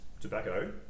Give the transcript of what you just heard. tobacco